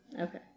Okay